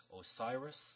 Osiris